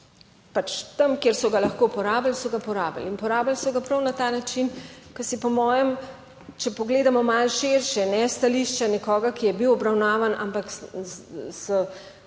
tam, kjer so ga lahko porabili, so ga porabili in porabili so ga prav na ta način, ko si po mojem, če pogledamo malo širše, ne s stališča nekoga, ki je bil obravnavan, ampak s